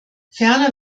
ferner